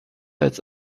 als